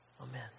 Amen